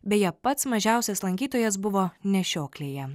beje pats mažiausias lankytojas buvo nešioklėje